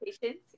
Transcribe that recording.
Patience